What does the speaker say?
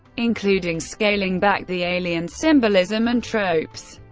including scaling back the alien symbolism and tropes.